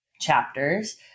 chapters